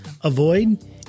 avoid